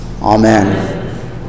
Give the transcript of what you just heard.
Amen